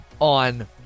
on